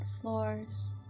floors